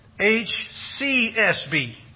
H-C-S-B